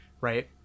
right